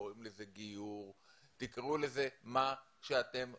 קוראים לזה גיור, תקראו לזה מה שאתם רוצים.